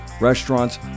restaurants